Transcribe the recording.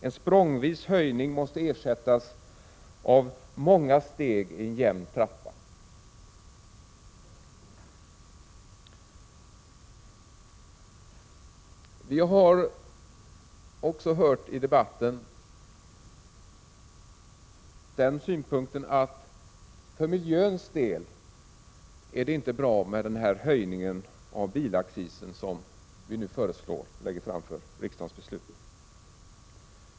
En språngvis höjning måste ersättas av många steg i en jämn trappa. Vi har också hört i debatten den synpunkten att för miljöns del är det inte bra med den höjning av bilaccisen som vi nu lägger fram förslag om för beslut.